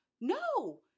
No